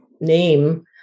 name